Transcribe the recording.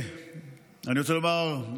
אני רוצה לומר,